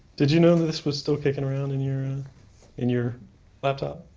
did you know and this was still kicking around in your and in your laptop?